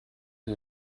der